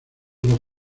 los